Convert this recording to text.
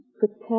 Protect